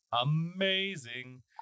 amazing